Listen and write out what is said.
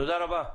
תודה רבה.